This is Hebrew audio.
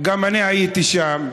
גם אני הייתי שם,